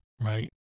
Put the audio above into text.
right